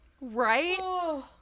Right